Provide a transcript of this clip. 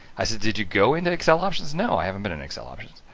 i said did you go into excel options? no, i haven't been in excel options.